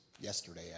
yesterday